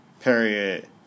period